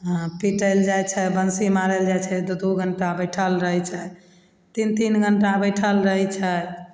पीटय लए जाइ छै बंसी मारय लए जाइ छै तऽ दू घण्टा बैठल रहय छै तीन तीन घण्टा बैठल रहय छै